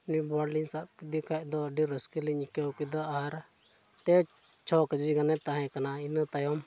ᱩᱱᱤ ᱵᱚᱣᱟᱲ ᱞᱤᱧ ᱥᱟᱵ ᱠᱮᱫᱮ ᱠᱷᱟᱱ ᱫᱚ ᱟᱹᱰᱤ ᱨᱟᱹᱥᱠᱟᱹ ᱞᱤᱧ ᱟᱹᱭᱠᱟᱹᱣ ᱠᱮᱫᱟ ᱟᱨ ᱛᱟᱹᱣ ᱪᱷᱚ ᱠᱮᱡᱤ ᱜᱟᱱᱮ ᱛᱟᱦᱮᱸ ᱠᱟᱱᱟ ᱤᱱᱟᱹ ᱛᱟᱭᱚᱢ